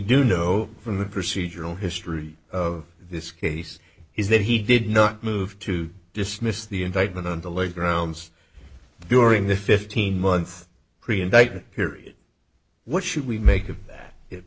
do know from the procedural history of this case is that he did not move to dismiss the indictment on the lake grounds during the fifteen month pre invasion period what should we make